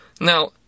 Now